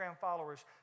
followers